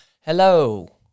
hello